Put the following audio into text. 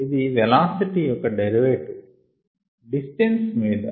ఇది వెలాసిటీ యొక్క derivative distance మీద